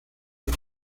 del